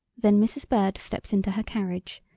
then mrs. bird stepped into her carriage,